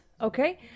Okay